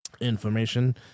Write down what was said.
information